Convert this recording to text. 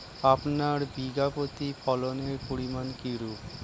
আপনার বিঘা প্রতি ফলনের পরিমান কীরূপ?